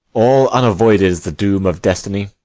all unavoided is the doom of destiny.